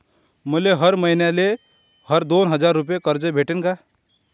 मले हर मईन्याले हर दोन हजार रुपये कर्ज भेटन का?